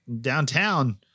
downtown